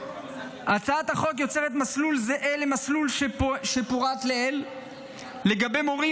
הצעת החוק יוצרת מסלול זהה למסלול שפורט לעיל לגבי מורים